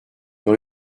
dans